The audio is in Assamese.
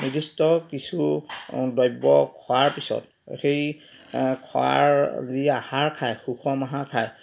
নিৰ্দিষ্ট কিছু দ্ৰব্য় খোৱাৰ পিছত সেই খোৱাৰ যি আহাৰ খায় সুষম আহাৰ খায়